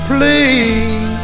Please